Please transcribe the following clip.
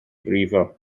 brifo